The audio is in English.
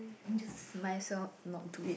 just might as well not do it